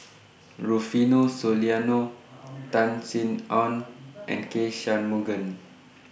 Rufino Soliano Tan Sin Aun and K Shanmugam